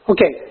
Okay